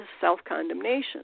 self-condemnation